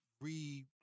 re